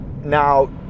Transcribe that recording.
Now